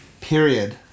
period